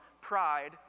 pride